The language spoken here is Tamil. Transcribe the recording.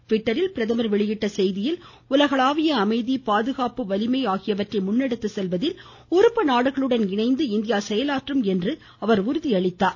ட்விட்டரில் பிரதமர் வெளியிட்டுள்ள செய்தியில் உலகளாவிய அமைதி பாதுகாப்பு வலிமை ஆகியவற்றை முன்னெடுத்துச் செல்வதில் உறுப்பு நாடுகளுடன் இணைந்து இந்தியா செயலாற்றும் என உறுதி அளித்துள்ளார்